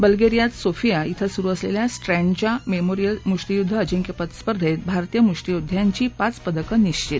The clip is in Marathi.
बल्गेरियात सोफिया धिं सुरू असलेल्या स्ट्रॅन्डजा मेमोरीयल मुष्टियुद्ध अजिंक्यपद स्पर्धेत भारतीय मुष्टियोद्ध्यांची पाच पदकं निश्वित